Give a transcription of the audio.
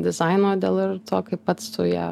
dizaino dėl ir to kaip pats tu ją